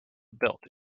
built